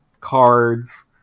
cards